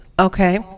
Okay